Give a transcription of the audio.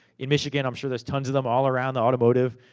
in michigan, i'm sure there's tons of them, all around the automotive.